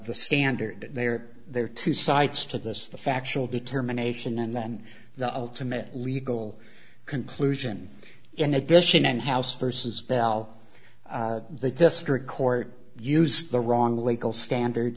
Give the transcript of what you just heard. the standard there there are two sides to this the factual determination and then the ultimate legal conclusion in addition in house versus bell the district court used the wrong legal standard